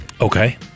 Okay